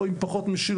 או שיש בהן פחות משילות,